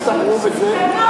הצטברו וזה הם לא עובדים,